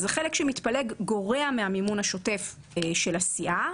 אז החלק שמתפלג גורע מהמימון השוטף של הסיעה.